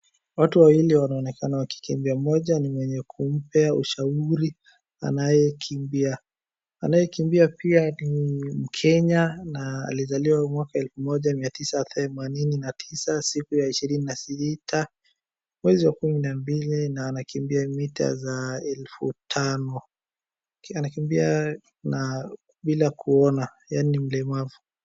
Watu wawili wanaonekana wakikimbia. Mmoja ni mwenye kumpa ushauri anayekimbia. Anayekimbia pia ni mkenya na alizaliwa mwaka elfu moja miatisa themanini na tisa, siku ya ishirini na sita mwezi wa kumi na mbili na anakimbia mita za elfu tano. Anakimbia na bila kuona. Yeye ni mlemavu.